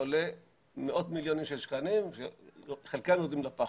עולה מאות מיליונים של שקלים שחלקם יורדים לפח.